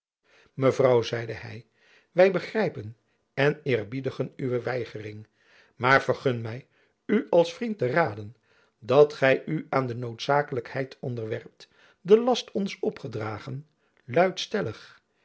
mevrouw zeide hy wy begrijpen en eerbiedigen uwe weigering maar vergun my u als vriend te raden dat gy u aan de noodzakelijkheid onderwerpt de last ons opgedragen luidt stellig